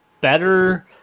better